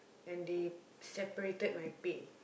and they separated my pay